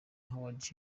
howard